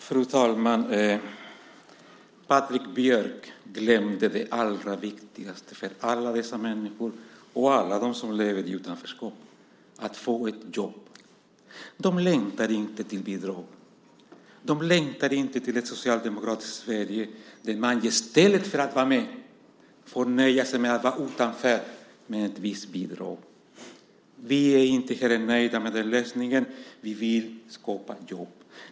Fru talman! Patrik Björck glömde det allra viktigaste för alla dessa människor som lever i utanförskap, nämligen att få ett jobb. De längtar inte till bidrag. De längtar inte till ett socialdemokratiskt Sverige där man i stället för att vara med får nöja sig med att vara utanför med ett visst bidrag. Vi är inte heller nöjda med lösningen. Vi vill skapa jobb.